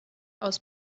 aus